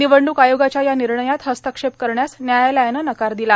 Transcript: निवडणूक आयोगाच्या या निर्णयात हस्तक्षेप करण्यास न्यायालयानं नकार दिला